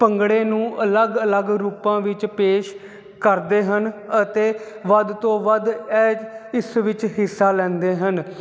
ਭੰਗੜੇ ਨੂੰ ਅਲੱਗ ਅਲੱਗ ਰੂਪਾਂ ਵਿੱਚ ਪੇਸ਼ ਕਰਦੇ ਹਨ ਅਤੇ ਵੱਧ ਤੋਂ ਵੱਧ ਇਸ ਵਿੱਚ ਹਿੱਸਾ ਲੈਂਦੇ ਹਨ